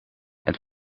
het